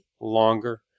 longer